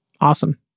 Awesome